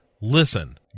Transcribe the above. listen